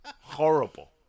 horrible